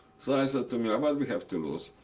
so i said to mila, what we have to lose?